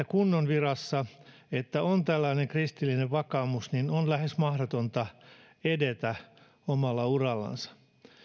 kun on virassa että on tällainen kristillinen vakaumus niin on lähes mahdotonta edetä omalla urallansa